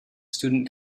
student